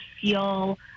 feel